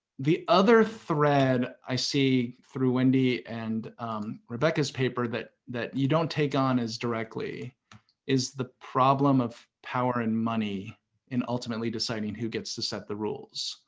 the other thread i see through wendy and rebecca's paper that that you don't take on as directly is the problem of power and money in ultimately deciding who gets to set the rules.